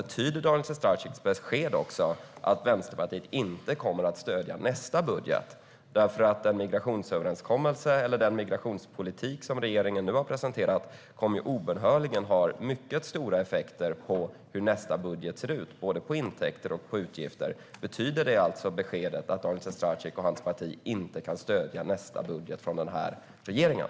Betyder Daniel Sestrajcics besked också att Vänsterpartiet inte kommer att stödja nästa budget? Den migrationspolitik regeringen nu har presenterat kommer nämligen obönhörligen att ha mycket stora effekter på hur nästa budget ser ut vad gäller både intäkter och utgifter. Betyder beskedet alltså att Daniel Sestrajcic och hans parti inte kan stödja nästa budget från den här regeringen?